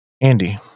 Andy